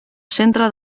centre